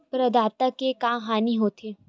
प्रदाता के का हानि हो थे?